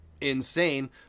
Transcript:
insane